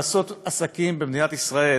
לעשות עסקים במדינת ישראל